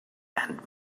and